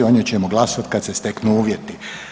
O njoj ćemo glasovati kad se steknu uvjeti.